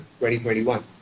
2021